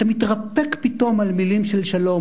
אתה מתרפק פתאום על מלים של שלום,